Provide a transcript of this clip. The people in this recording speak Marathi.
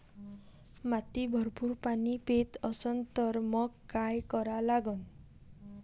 माती भरपूर पाणी पेत असन तर मंग काय करा लागन?